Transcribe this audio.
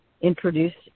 Introduced